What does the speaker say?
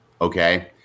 Okay